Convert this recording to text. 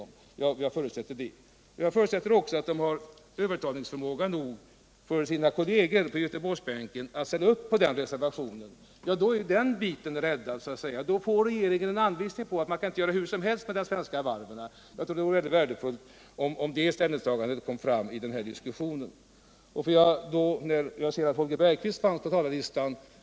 Vidare förutsätter jag att moderaterna har övertalningsförmåga nog att få sina kolleger på Göteborgsbänken att sluta upp bakom reservationen. Då vore åtminstone något räddat, och då skulle regeringen få en anvisning om att man inte kan göra hur som helst med de svenska varven. Jag tror att ett sådant ställningstagande vore värdefullt. Jag ser att Holger Bergqvist finns på talarlistan.